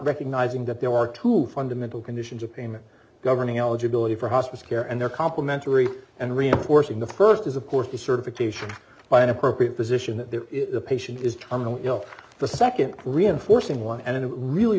recognizing that there are two fundamental conditions of payment governing eligibility for hospice care and they're complementary and reinforcing the st is of course the certification by an appropriate position that there is a patient is terminally ill the nd reinforcing one